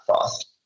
fast